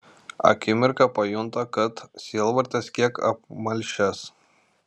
akimirką pajunta kad sielvartas kiek apmalšęs